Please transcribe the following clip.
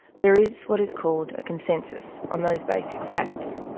there is what is called a consensus on those basic facts.